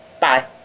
Bye